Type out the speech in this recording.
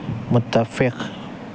متفخ